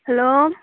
hello